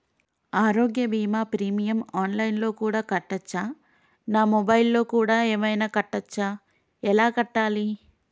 ఆరోగ్య బీమా premium online లో కూడా కట్టచ్చా? నా మొబైల్లో కూడా ఏమైనా కట్టొచ్చా? ఎలా కట్టాలి?